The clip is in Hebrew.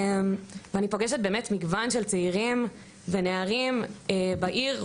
אני פוגשת מגוון של צעירים ונערים בעיר,